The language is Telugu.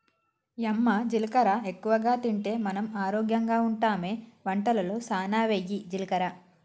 యమ్మ జీలకర్ర ఎక్కువగా తింటే మనం ఆరోగ్యంగా ఉంటామె వంటలలో సానా వెయ్యి జీలకర్ర